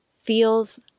feels